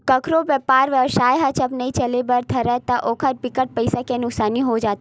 कखरो बेपार बेवसाय ह जब नइ चले बर धरय ता ओखर बिकट पइसा के नुकसानी हो जाथे